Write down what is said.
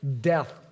death